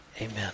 amen